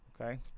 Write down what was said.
Okay